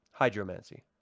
Hydromancy